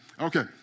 Okay